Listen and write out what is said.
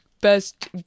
best